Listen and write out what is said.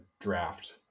draft